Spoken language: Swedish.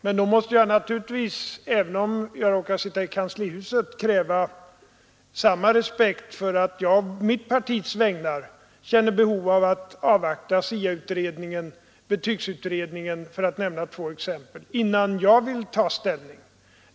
Men då måste jag naturligtvis, även om jag råkar sitta i kanslihuset, kräva samma respekt för att jag på mitt partis vägnar känner behov av att avvakta SIA-utredningen och betygsutredningen, för att nämna två exempel, innan jag vill ta ställning.